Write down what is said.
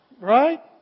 Right